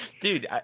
dude